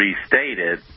Restated